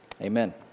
Amen